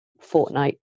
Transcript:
fortnight